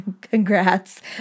Congrats